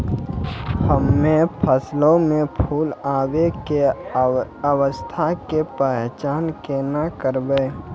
हम्मे फसलो मे फूल आबै के अवस्था के पहचान केना करबै?